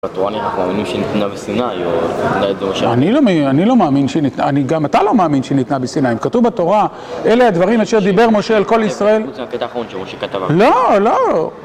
בתורה אנחנו מאמינים שניתנה בסיני אני לא מאמין, אני לא מאמין גם אתה לא מאמין שניתנה בסיני, כתוב בתורה אלה הדברים אשר דיבר משה על כל ישראל לא לא